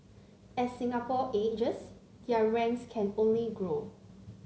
as Singapore ages their ranks can only grow